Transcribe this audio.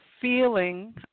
feeling